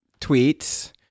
tweets